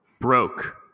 broke